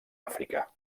àfrica